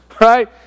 right